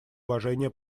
уважение